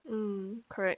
mm correct